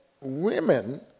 women